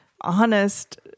honest